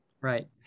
Right